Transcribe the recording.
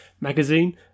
magazine